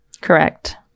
Correct